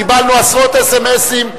קיבלנו עשרות אס.אם.אסים,